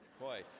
boy